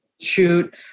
shoot